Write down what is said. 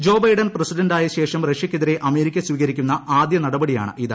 Joe Biden പ്രസിഡന്റായ ശേഷം റഷ്യയ്ക്കെതിരെ ്അമേരിക്ക സ്വീകരിക്കുന്ന ആദ്യ നടപടിയാണിത്